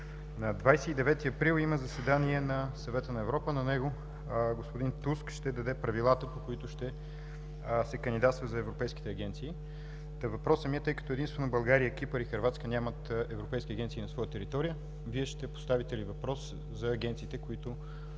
На 29 април има заседание на Съвета на Европа и на него господин Туск ще даде правилата, по които ще се кандидатства за европейските агенции. Та въпросът ми е: тъй като единствено България, Кипър и Хърватска нямат европейски агенции на своя територия, Вие ще поставите ли въпрос за агенциите, които